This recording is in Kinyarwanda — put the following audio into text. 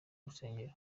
rusengero